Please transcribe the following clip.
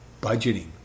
Budgeting